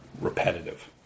repetitive